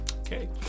Okay